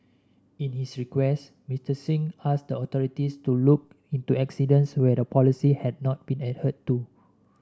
in his request Mister Singh asked the authorities to look into incidents where the policy had not been adhered to